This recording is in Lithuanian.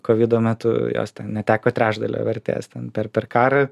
kovido metu jos neteko trečdalio vertės ten per per karą